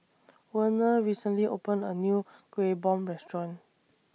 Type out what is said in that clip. Werner recently opened A New Kueh Bom Restaurant